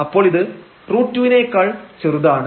അപ്പോൾ ഇത് √2 വിനെക്കാൾ ചെറുതാണ്